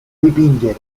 dipingere